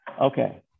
Okay